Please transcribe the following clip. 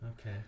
Okay